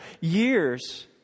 Years